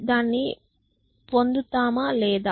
దాన్ని పొందుతామా లేదా